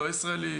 לא ישראלי?".